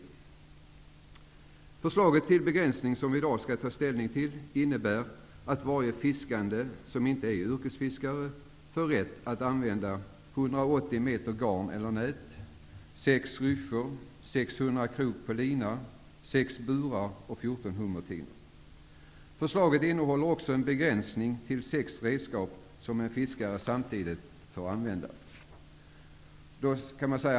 Det förslag till begränsning som vi i dag skall ta ställning till innebär att varje fiskande som inte är yrkesfiskare får rätt att använda Förslaget innehåller också en begränsning till sex redskap som en fiskare samtidigt får använda.